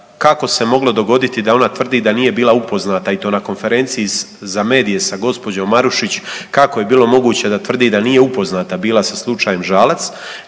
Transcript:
kako se moglo dogoditi da ona tvrdi da nije bila upoznata i to na Konferenciji za medije sa gospođom Marušić. Kako je bilo moguće da tvrdi da nije upoznata bila sa slučajem Žalac